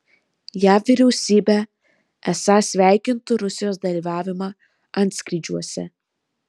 jav vyriausybė esą sveikintų rusijos dalyvavimą antskrydžiuose